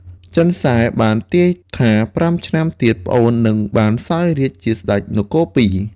ចិនសែបានទាយថាប្រាំពីរឆ្នាំទៀតប្អូននឹងបានសោយរាជ្យជាស្ដេចនគរពីរ។